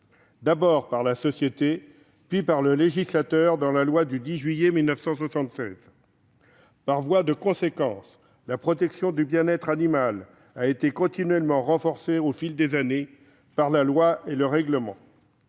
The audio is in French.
d'abord par la société, puis par le législateur dans la loi du 10 juillet 1976. Par voie de conséquence, la protection du bien-être animal a été continuellement renforcée au fil des années par la loi et le règlement.